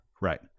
Right